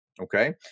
Okay